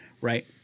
Right